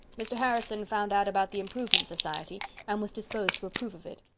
mr. harrison found out about the improvement society and was disposed to approve of it.